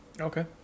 Okay